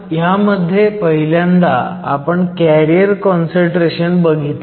ह्यामध्ये पहिल्यांदा आपण कॅरियर काँसंट्रेशन बघितलं